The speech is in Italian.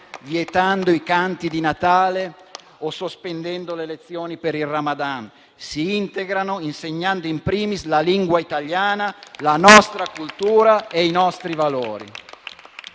vietando i canti di Natale o sospendendo le lezioni per il Ramadan: si integrano insegnando *in primis* la lingua italiana, la nostra cultura e i nostri valori.